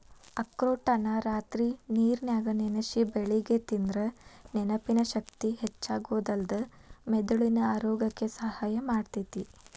ಅಖ್ರೋಟನ್ನ ರಾತ್ರಿ ನೇರನ್ಯಾಗ ನೆನಸಿ ಬೆಳಿಗ್ಗೆ ತಿಂದ್ರ ನೆನಪಿನ ಶಕ್ತಿ ಹೆಚ್ಚಾಗೋದಲ್ದ ಮೆದುಳಿನ ಆರೋಗ್ಯಕ್ಕ ಸಹಾಯ ಮಾಡ್ತೇತಿ